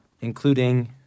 including